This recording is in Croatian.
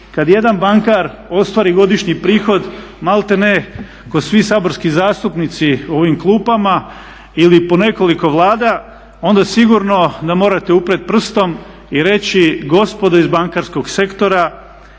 kada jedan bankar ostvari godišnji prihod malte ne ko svi saborski zastupnici u ovim klupama ili po nekoliko vlada onda sigurno nam morate uprijeti prstom i reći gospodo iz bankarskog sektora